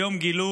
היום גילו